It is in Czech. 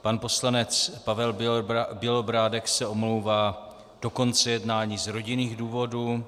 Pan poslanec Pavel Bělobrádek se omlouvá do konce jednání z rodinných důvodů.